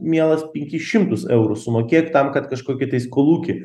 mielas penkis šimtus eurų sumokėk tam kad kažkį tais kolūkį